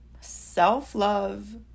self-love